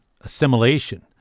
assimilation